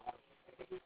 ya ya